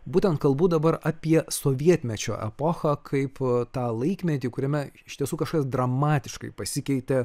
būtent kalbu dabar apie sovietmečio epochą kaip tą laikmetį kuriame iš tiesų kažkas dramatiškai pasikeitė